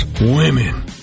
Women